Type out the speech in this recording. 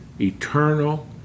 Eternal